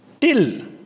Till